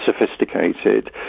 sophisticated